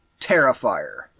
Terrifier